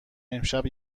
امشب